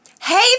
Hey